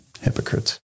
Hypocrites